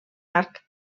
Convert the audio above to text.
arc